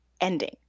ending